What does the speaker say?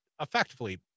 effectively